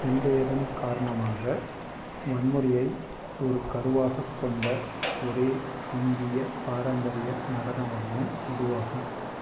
பிந்தையதன் காரணமாக வன்முறையை ஒரு கருவாகக் கொண்ட ஒரே இந்திய பாரம்பரிய நடன வடிவம் இதுவாகும்